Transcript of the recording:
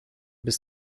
bis